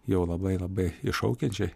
jau labai labai iššaukiančiai